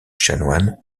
chanoine